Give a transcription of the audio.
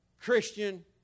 Christian